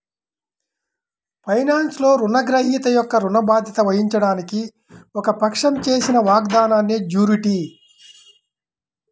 ఫైనాన్స్లో, రుణగ్రహీత యొక్క ఋణ బాధ్యత వహించడానికి ఒక పక్షం చేసిన వాగ్దానాన్నిజ్యూరిటీ